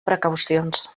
precaucions